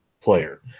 player